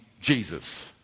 jesus